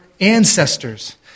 ancestors